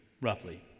roughly